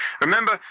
Remember